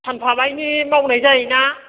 सानफामानि मावनाय जायोना